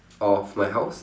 of my house